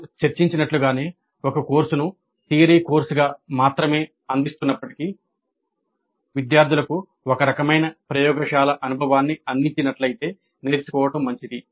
మేము చర్చించినట్లుగానే ఒక కోర్సును థియరీ కోర్సుగా మాత్రమే అందిస్తున్నప్పటికీ విద్యార్థులకు ఒక రకమైన ప్రయోగశాల అనుభవాన్ని అందించినట్లయితే నేర్చుకోవడం మంచిది